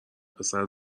پسر